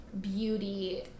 beauty